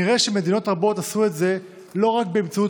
נראה שמדינות רבות עשו את זה לא רק באמצעות